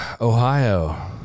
ohio